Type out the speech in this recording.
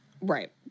Right